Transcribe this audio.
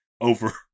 over